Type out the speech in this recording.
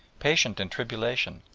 patient in tribulation,